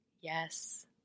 Yes